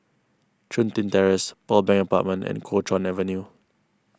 Chun Tin Terrace Pearl Bank Apartment and Kuo Chuan Avenue